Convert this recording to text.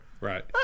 Right